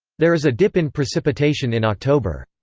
there is a dip in precipitation in october.